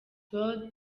world